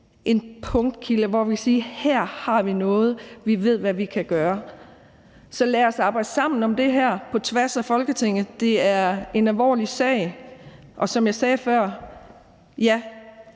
en punktkilde og sige, at her har vi noget, og vi ved, hvad vi kan gøre. Så lad os da arbejde sammen om det her på tværs af Folketinget. Det er en alvorlig sag, og som jeg sagde før: Ja,